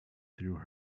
through